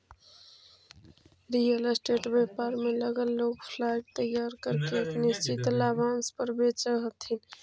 real state व्यापार में लगल लोग फ्लाइट तैयार करके एक निश्चित लाभांश पर बेचऽ हथी